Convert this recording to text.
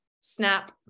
snap